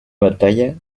batalla